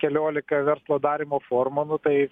keliolika verslo darymo formų nu tai